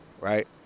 right